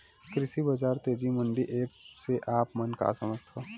कृषि बजार तेजी मंडी एप्प से आप मन का समझथव?